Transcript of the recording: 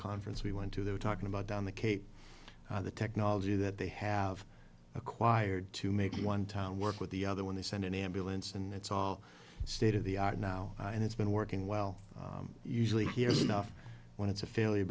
conference we went to they were talking about down the cape the technology that they have acquired to make one town work with the other one they send an ambulance and it's all state of the art now and it's been working well usually here stuff when it's a failure